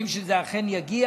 חבר הכנסת הרב משה גפני,